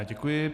Děkuji.